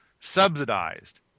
subsidized